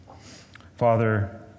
Father